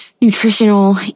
nutritional